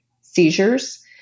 seizures